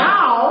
Now